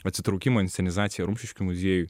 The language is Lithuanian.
atsitraukimo inscenizaciją rumšiškių muziejuj